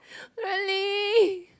really